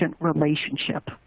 relationship